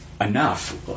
enough